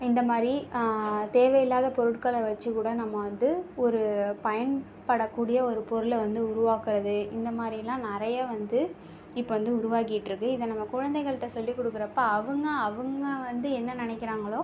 இந்த மாதிரி தேவையில்லாத பொருட்களை வச்சு கூட நம்ம வந்து ஒரு பயன்படக் கூடிய ஒரு பொருளை வந்து உருவாக்கிறது இந்த மாதிரிலாம் நிறைய வந்து இப்போது வந்து உருவாகிகிட்டு இருக்குது இதை நம்ம குழந்தைகள்கிட்ட சொல்லி கொடுக்கறப்ப அவங்க அவங்க வந்து என்ன நெனக்கிறாங்களோ